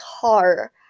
car